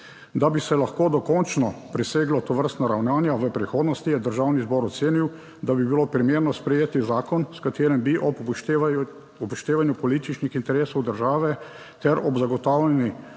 Da bi se lahko dokončno preseglo tovrstna ravnanja v prihodnosti, je Državni zbor ocenil, da bi bilo primerno sprejeti zakon, s katerim bi ob upoštevanju političnih interesov države ter ob zagotavljanju